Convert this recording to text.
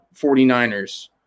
49ers